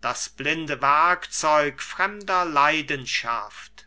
das blinde werkzeug fremder leidenschaft